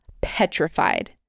petrified